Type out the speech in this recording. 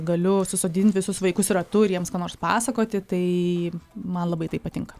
galiu susodint visus vaikus ratu ir jiems ką nors pasakoti tai man labai tai patinka